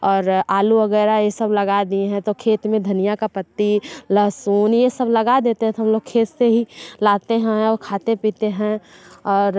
और आलू वगैरह ये सब लगा दिए हैं तो खेत में धनिया का पत्ती लहसुन ये सब लगा देते हैं तो हम लोग खेत से ही लाते हैं और खाते पीते हैं और